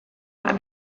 bat